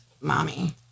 Mommy